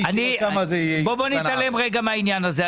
בוא נתעלם רגע מהעניין הזה.